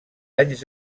anys